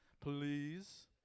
please